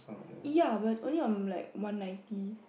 ya but it's only on like one ninety